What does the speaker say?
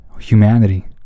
humanity